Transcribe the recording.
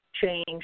change